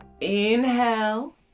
Inhale